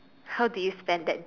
how do you spend that